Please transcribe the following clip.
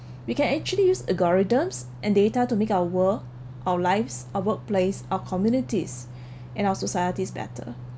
we can actually use algorithms and data to make our world our lives our workplace our communities and our societies better